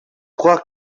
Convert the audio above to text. croire